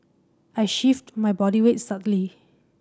I shift my body weight subtly